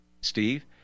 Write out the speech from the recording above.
Steve